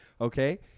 Okay